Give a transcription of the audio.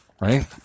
Right